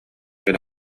кэлэ